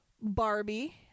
Barbie